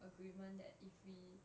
agreement that if we